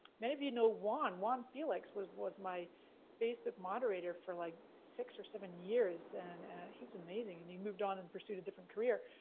maybe you know juan, juan felix, was was my facebook moderator for like six or seven years, and he was amazing, and he moved on and pursued a different career.